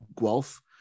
Guelph